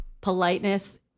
politeness